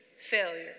failure